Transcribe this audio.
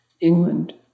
England